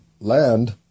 land